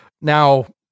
Now